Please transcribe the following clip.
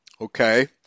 okay